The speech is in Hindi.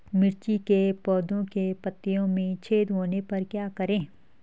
मिर्ची के पौधों के पत्तियों में छेद होने पर क्या करें?